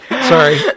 Sorry